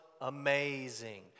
amazing